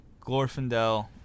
Glorfindel